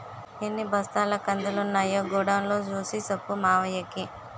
ఎన్ని బస్తాల కందులున్నాయో గొడౌన్ లో సూసి సెప్పు మావయ్యకి